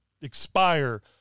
expire